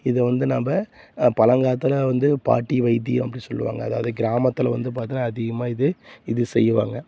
இதை வந்து நாம் பழங்காலத்துல வந்து பாட்டி வைத்தியம் அப்படின்னு சொல்லுவாங்கள் அதாவது கிராமத்தில் வந்து பார்த்தின்னா அதிகமாக இது இது செய்வாங்கள்